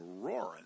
roaring